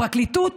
הפרקליטות